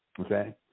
Okay